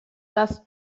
das